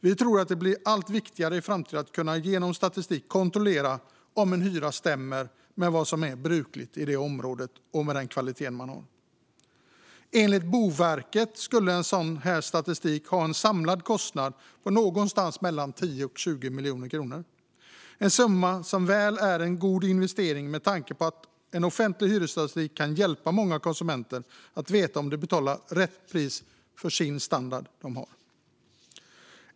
Vi tror att det blir allt viktigare i framtiden att genom statistik kunna kontrollera om en hyra stämmer med vad som är brukligt i området med en viss kvalitet. Enligt Boverket skulle en sådan här statistik ha en samlad kostnad på någonstans mellan 10 och 20 miljoner kronor. Det är en summa som väl är en god investering med tanke på att en offentlig hyresstatistik kan hjälpa många konsumenter att få veta om de betalar rätt pris för sin standard.